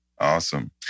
Awesome